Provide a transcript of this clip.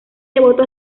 devoto